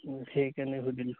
সেইকাৰণে সুধিলোঁ